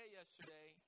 yesterday